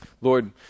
Lord